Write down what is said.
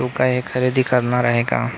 तू काय हे खरेदी करणार आहे का